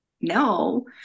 no